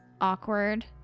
awkward